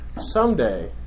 someday